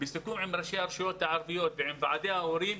בסיכום עם ראשי הרשויות הערביות ועם ועדי ההורים,